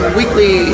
weekly